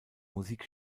musik